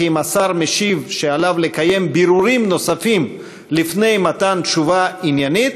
כי אם השר משיב שעליו לקיים בירורים נוספים לפני מתן תשובה עניינית,